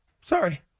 Sorry